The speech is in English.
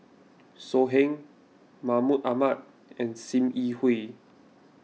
So Heng Mahmud Ahmad and Sim Yi Hui